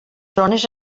zones